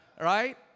Right